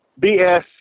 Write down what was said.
BS